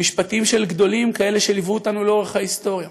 משפטים של גדולים כאלה שליוו אותנו לאורך ההיסטוריה,